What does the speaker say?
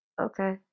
okay